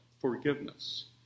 forgiveness